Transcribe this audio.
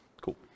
Cool